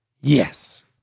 Yes